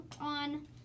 on